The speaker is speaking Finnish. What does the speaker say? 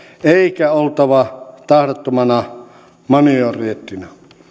eikä oltava tahdottomana marionettina